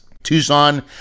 tucson